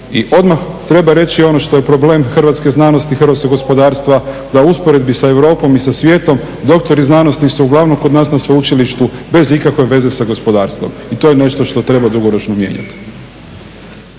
I odmah treba reći ono što je problem hrvatske znanosti i hrvatskog gospodarstva da usporedbi sa Europom i sa svijetom doktori znanosti se uglavnom kod nas na sveučilištu bez ikakve veze sa gospodarstvom i to je nešto što treba dugoročno mijenjati.